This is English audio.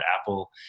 Apple